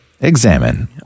Examine